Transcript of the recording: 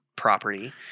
Property